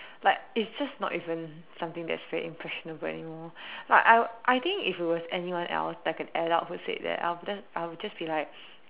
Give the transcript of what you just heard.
like it's just not even something that is very impressionable anymore like I I think if it was anyone else like an adult who said that I'll be just I would just be like